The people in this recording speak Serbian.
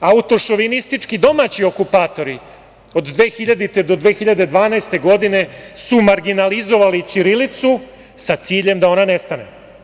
Autošovinistički domaći okupatori od 2000. do 2012. godine su marginalizovali ćirilicu, sa ciljem da ona nestane.